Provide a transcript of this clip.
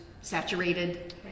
saturated